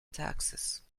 taxes